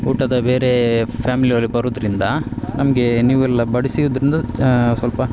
ಊಟದ ಬೇರೆ ಫ್ಯಾಮಿಲಿ ಅವರು ಬರುದರಿಂದ ನಮಗೆ ನೀವೆಲ್ಲ ಬಡಿಸಿಯುದ್ರಿಂದ ಸ್ವಲ್ಪ